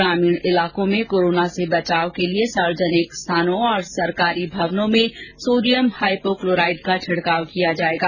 ग्रामीण क्षेत्रों में कोरोना से बचाव के लिए सार्वजनिक स्थानों और सरकारी भवनों में सोडियम हाईपोक्लोराइट का छिडकाव किया जाएगा